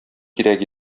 кирәк